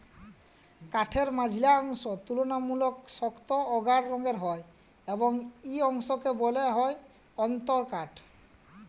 কাঠের মাইঝল্যা অংশ তুললামূলকভাবে সক্ত অ গাঢ় রঙের হ্যয় এবং ই অংশকে ব্যলা হ্যয় অল্তরকাঠ